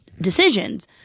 decisions